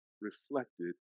reflected